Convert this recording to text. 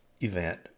event